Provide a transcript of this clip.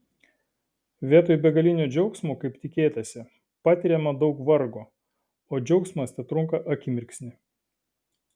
vietoj begalinio džiaugsmo kaip tikėtasi patiriama daug vargo o džiaugsmas tetrunka akimirksnį